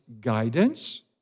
guidance